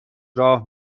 راه